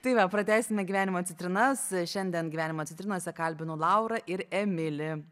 tai va pratęsime gyvenimo citrinas šiandien gyvenimo citrinose kalbinu laurą ir emilį